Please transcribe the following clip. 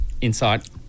insight